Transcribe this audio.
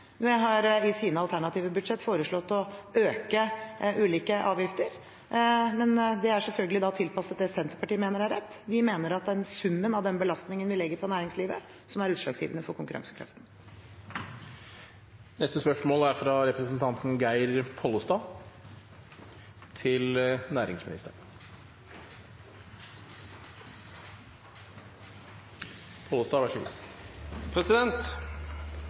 i sine alternative budsjett har foreslått å øke ulike avgifter, men det er selvfølgelig tilpasset det Senterpartiet mener er rett. Vi mener at det er summen av den belastningen vi legger på næringslivet, som er utslagsgivende for konkurransekraften. Spørsmålet mitt er